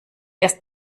erst